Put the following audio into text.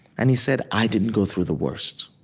and he said, i didn't go through the worst,